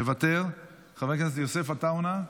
מוותר, חבר הכנסת יוסף עטאונה,